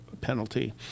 penalty